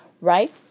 right